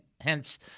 hence